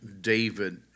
David